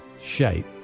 shape